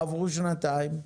עברו שנתיים,